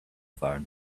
phone